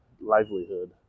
livelihood